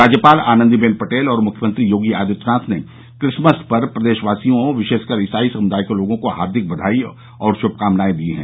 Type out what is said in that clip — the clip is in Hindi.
राज्यपाल आनन्दीबेन पटेल और मुख्यमंत्री योगी आदित्यनाथ ने क्रिसमस पर प्रदेशवासियों विशेषकर ईसाई समुदाय के लोगों को हार्दिक बधाई और श्भकामनाए दी है